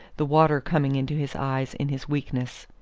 the water coming into his eyes in his weakness.